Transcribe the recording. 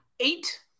Eight